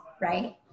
Right